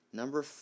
number